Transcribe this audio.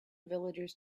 villagers